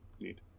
Neat